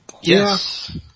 Yes